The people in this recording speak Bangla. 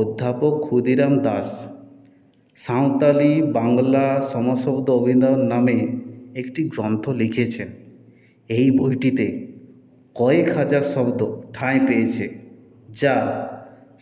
অধ্যাপক ক্ষুদিরাম দাস সাঁওতালি বাংলা সমশব্দ অভিধান নামে একটি গ্রন্থ লিখেছেন এই বইটিতে কয়েক হাজার শব্দ ঠাঁই পেয়েছে যা